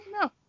No